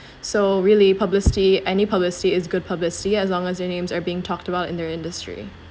so really publicity any publicity is good publicity as long as your names are being talked about in the industry